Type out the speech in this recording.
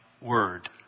word